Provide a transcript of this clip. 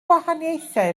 gwahaniaethau